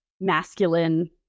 masculine